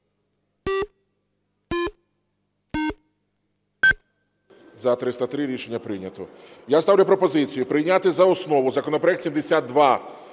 За-303 Рішення прийнято. Я ставлю пропозицію прийняти за основу законопроект